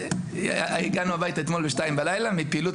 הגענו הביתה אתמול ב-02:00 בלילה מפעילות